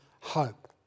hope